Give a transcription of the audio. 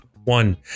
One